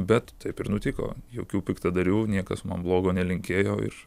bet taip ir nutiko jokių piktadarių niekas man blogo nelinkėjo ir